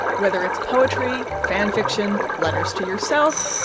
whether it's poetry, fanfiction, letters to yourself,